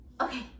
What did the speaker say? okay